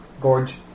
Gorge